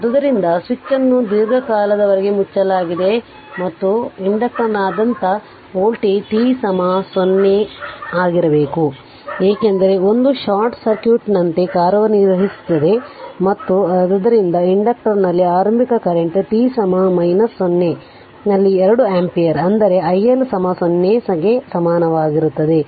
ಆದ್ದರಿಂದ ಸ್ವಿಚ್ ಅನ್ನು ದೀರ್ಘಕಾಲದವರೆಗೆ ಮುಚ್ಚಲಾಗಿದೆ ಮತ್ತು ಆದ್ದರಿಂದ ಇಂಡಕ್ಟರ್ನಾದ್ಯಂತ ವೋಲ್ಟೇಜ್ t 0 ನಲ್ಲಿ 0 ಆಗಿರಬೇಕು ಏಕೆಂದರೆ ಇದು ಶಾರ್ಟ್ ಸರ್ಕ್ಯೂಟ್ನಂತೆ ಕಾರ್ಯನಿರ್ವಹಿಸುತ್ತದೆ ಮತ್ತು ಆದ್ದರಿಂದ ಇಂಡಕ್ಟರ್ನಲ್ಲಿ ಆರಂಭಿಕ ಕರೆಂಟ್ t 0 ನಲ್ಲಿ 2 ಆಂಪಿಯರ್ ಅಂದರೆ i L 0ಗೆ ಸಮಾನವಾಗಿರುತ್ತದೆ